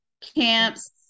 camps